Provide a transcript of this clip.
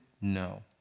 No